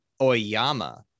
Oyama